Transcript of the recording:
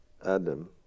Adam